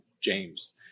James